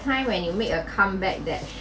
time when you make a comeback that